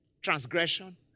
transgression